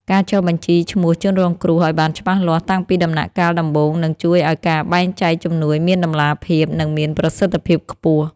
ការចុះបញ្ជីឈ្មោះជនរងគ្រោះឱ្យបានច្បាស់លាស់តាំងពីដំណាក់កាលដំបូងនឹងជួយឱ្យការបែងចែកជំនួយមានតម្លាភាព និងមានប្រសិទ្ធភាពខ្ពស់។